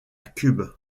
cubes